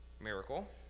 Miracle